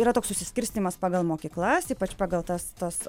yra toks susiskirstymas pagal mokyklas ypač pagal tas tas